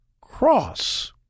cross